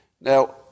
Now